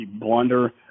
blunder